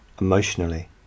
emotionally